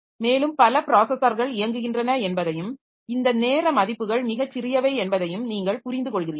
மேலும் பல ப்ராஸஸர்கள் இயங்குகின்றன என்பதையும் இந்த நேர மதிப்புகள் மிகச் சிறியவை என்பதையும் நீங்கள் புரிந்துகொள்கிறீர்கள்